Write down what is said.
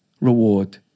reward